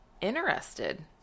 interested